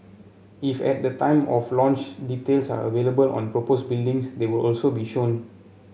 if at the time of launch details are available on propose buildings they will also be shown